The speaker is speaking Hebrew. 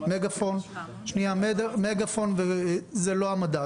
מגפון זה לא המדד.